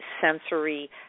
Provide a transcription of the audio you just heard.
sensory